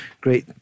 great